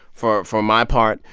for for my part,